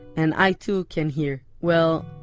and i too, can hear. well,